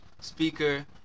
speaker